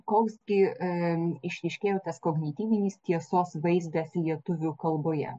koks gi išryškėjo tas kognityvinis tiesos vaizdas lietuvių kalboje